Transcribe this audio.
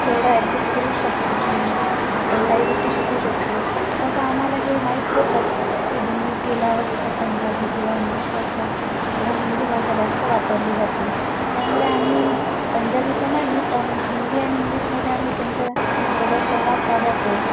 तेवढं ॲडजेस्ट करू शकतो की आपण काही गोष्टी शिकू शकतो तसं आम्हाला हे माहीत होतंच की दिल्लीत गेल्यावर तिथे पंजाबी किंवा इंग्लिश भाषा किंवा हिंदी भाषा जास्त वापरली जाते त्यामुळे आम्ही पंजाबी तर नाही पण हिंदी आणि इंग्लिशमध्ये आम्ही त्यांच्यासोबत संवाद साधायचो